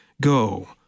Go